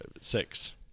six